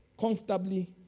comfortably